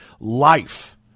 life